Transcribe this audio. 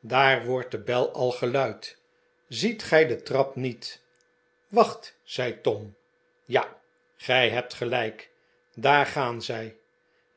daar wordt de bel al geluid ziet gij de trap niet wacht zei tom ja gij hebt gelijk daar gaan zij